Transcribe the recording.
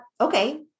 okay